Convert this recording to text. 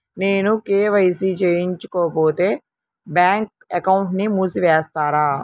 నేను కే.వై.సి చేయించుకోకపోతే బ్యాంక్ అకౌంట్ను మూసివేస్తారా?